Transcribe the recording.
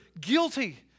guilty